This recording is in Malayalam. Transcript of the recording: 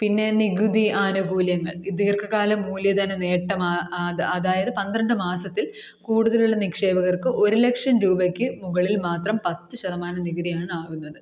പിന്നെ നികുതി ആനുകൂല്യങ്ങൾ ഈ ദീർഘകാല മൂല്യധന നേട്ടം അതായത് പന്ത്രണ്ട് മാസത്തിൽ കൂടുതലുള്ള നിക്ഷേപകർക്ക് ഒരു ലക്ഷം രൂപയ്ക്ക് മുകളിൽ മാത്രം പത്ത് ശതമാനം നികുകിതിയാണ് ആകുന്നത്